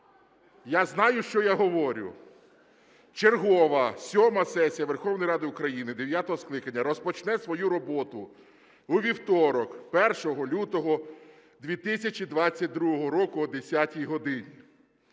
Я знаю, що я говорю. Чергова сьома сесія Верховної Ради України дев'ятого скликання розпочне свою роботу у вівторок 1 лютого 2022 року о 10 годині.